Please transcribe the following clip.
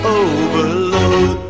overload